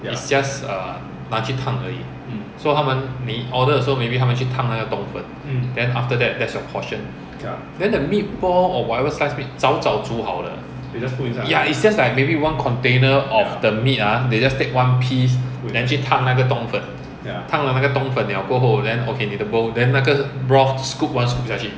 it's just err 拿去烫而已 so 他们你 order 的时候 maybe 他们去烫那个冬粉 then after that your portion then the meatball or whatever slice meat 早早煮好的 ya it's just like maybe one container of the meat ah they just take one piece then 去烫那个冬粉烫了那个冬粉了过后 then okay 你的 bowl then 那个 broth scoop one scoop 下去